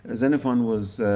ah xenophon was